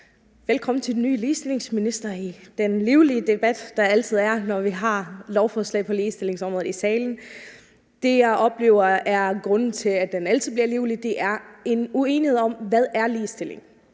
velkommen til den nye ligestillingsminister i den livlige debat, der altid er, når vi har lovforslag på ligestillingsområdet i salen. Det, jeg oplever er grunden til, at den altid bliver livlig, er en uenighed om, hvad ligestilling